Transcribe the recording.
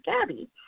Gabby